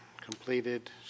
completed